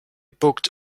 booked